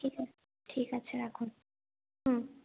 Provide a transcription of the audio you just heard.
ঠিক আছে ঠিক আছে রাখুন হুম